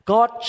God